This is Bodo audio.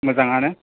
मोजाङानो